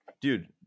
dude